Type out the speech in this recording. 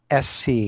SC